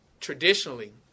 traditionally